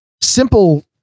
simple